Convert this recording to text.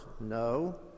No